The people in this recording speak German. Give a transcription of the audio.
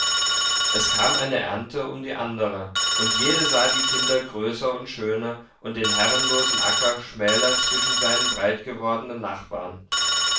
es kam eine ernte um die andere und jede sah die kinder größer und schöner und den herrenlosen acker schmäler zwischen seinen breitgewordenen nachbarn